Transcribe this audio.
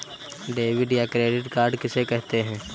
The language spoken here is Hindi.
डेबिट या क्रेडिट कार्ड किसे कहते हैं?